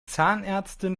zahnärztin